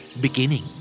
beginning